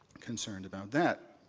concerned about that.